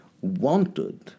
wanted